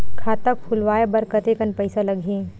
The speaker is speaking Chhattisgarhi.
खाता खुलवाय बर कतेकन पईसा लगही?